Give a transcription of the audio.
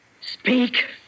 Speak